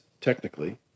technically